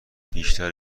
بیشتر